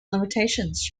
limitations